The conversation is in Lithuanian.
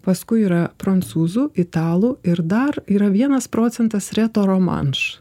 paskui yra prancūzų italų ir dar yra vienas procentas retoromanš